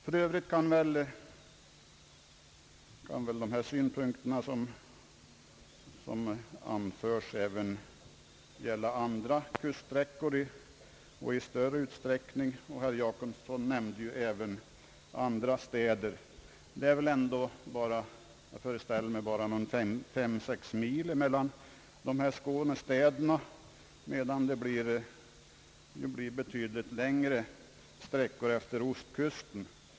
För övrigt kan väl de synpunkter som anförs även gälla andra kuststräckor och i större utsträckning. Herr Jacobsson nämnde även andra städer. Det är bara fem till sex mil mellan de båda skånska städerna, medan det blir betydligt längre sträckor efter ostkusten.